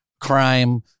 crime